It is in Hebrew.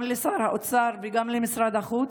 גם לשר האוצר וגם למשרד החוץ,